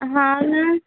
हो ना